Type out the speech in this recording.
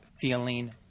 feeling